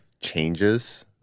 changes